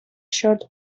short